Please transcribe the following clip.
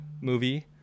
movie